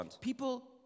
People